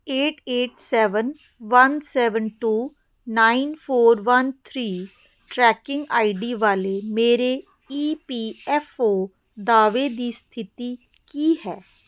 eight eight seven one seven two nine four one three tracking I D ਵਾਲੇ ਮੇਰੇ E P F O ਦਾਅਵੇ ਦੀ ਸਥਿਤੀ ਕੀ ਹੈ